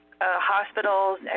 hospitals